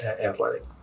athletic